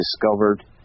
discovered